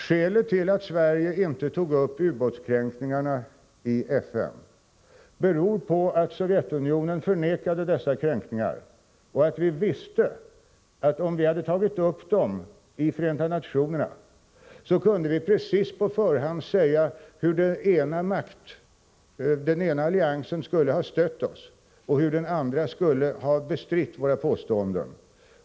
Skälet till att Sverige inte tog upp ubåtskränkningarna i FN var att Sovjetunionen förnekade dessa kränkningar och att vi på förhand kunde säga att vi visste, att om vi hade tagit upp dem i FN skulle den ena alliansen ha stött oss och den andra skulle ha bestritt våra påståenden.